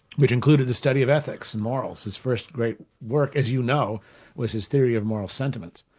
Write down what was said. which included the study of ethics and morals, his first great work, as you know was his theory of moral sentiments,